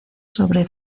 sobre